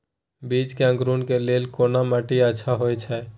बीज के अंकुरण के लेल कोन माटी अच्छा होय छै?